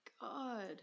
god